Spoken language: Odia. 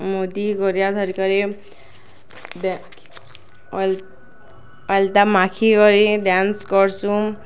ମୁଦୀ ଗରିଆ ଧରିକରି ଅଲତା ମାଖି କରି ଡ୍ୟାନ୍ସ କରସୁଁ